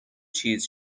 چیز